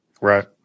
right